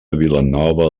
vilanova